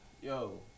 Yo